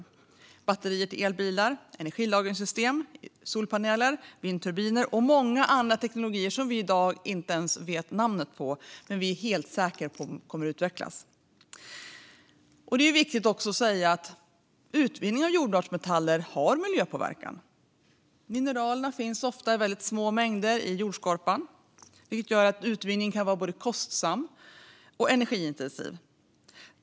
Det handlar om batterier till elbilar, energilagringssystem, solpaneler, vindturbiner och många andra teknologier som vi i dag inte ens vet namnet på men som vi är helt säkra på kommer att utvecklas. Det är viktigt att säga att utvinning av jordartsmetaller har miljöpåverkan. Mineralerna finns ofta i väldigt små mängder i jordskorpan, vilket gör att utvinning kan vara både kostsam och energiintensiv.